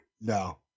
No